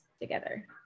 together